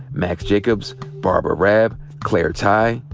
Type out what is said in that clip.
max jacobs, barbara raab, claire tighe,